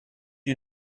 you